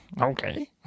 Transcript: Okay